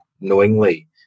knowingly